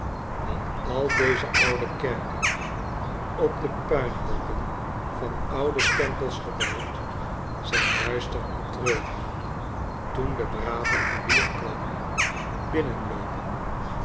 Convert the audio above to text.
want al deze oude kerken op de puinhoopen van oude tempels gebouwd zijn duister en treurig toen de brave koerier kwam